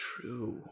True